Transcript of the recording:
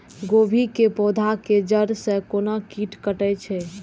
गोभी के पोधा के जड़ से कोन कीट कटे छे?